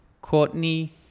Courtney